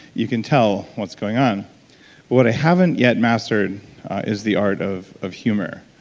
you can tell what's going on what i haven't yet mastered is the art of of humor.